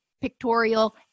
pictorial